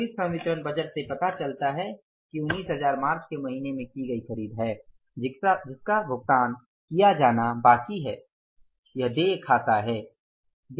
खरीद संवितरण बजट से पता चलता है की 19000 मार्च के महीने में की गई खरीद के लिए है जिसका भुगतान किया जाना बाकी है यह देय खाता है